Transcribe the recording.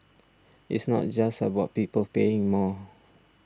it's not just about people paying more